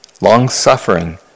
long-suffering